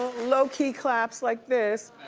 low-key claps like this.